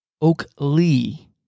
Oakley